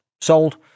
sold